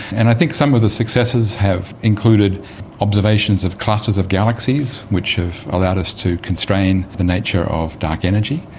and i think some of the successes have included observations of clusters of galaxies which have allowed us to constrain the nature of dark energy,